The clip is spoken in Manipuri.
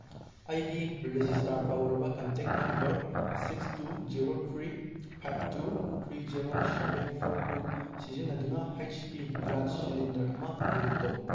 ꯑꯩꯒꯤ ꯔꯤꯖꯤꯁꯇꯥꯔ ꯇꯧꯔꯕ contact number six two zero three five two three zero seven four two ꯁꯤꯖꯤꯟꯅꯗꯨꯅ ꯍꯩꯆ ꯄꯤ ꯒ꯭ꯌꯥꯁ ꯁꯤꯂꯤꯟꯗꯔ ꯑꯃ ꯕꯨꯛ ꯇꯧ